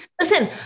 Listen